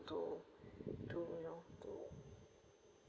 to to you know to